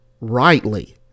rightly